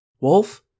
Wolf